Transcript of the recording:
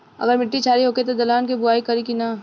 अगर मिट्टी क्षारीय होखे त दलहन के बुआई करी की न?